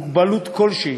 כל מוגבלות,